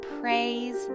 praise